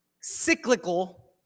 cyclical